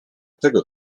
tego